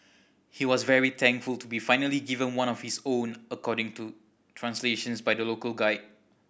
he was very thankful to be finally given one of his own according to translations by the local guide